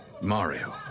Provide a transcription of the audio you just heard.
Mario